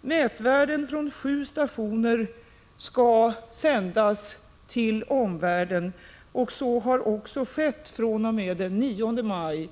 Mätvärden från sju stationer skall sändas till omvärlden. Så har också skett fr.o.m. den 9 maj.